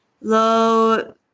low